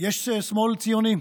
יש שמאל ציוני.